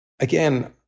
again